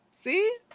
see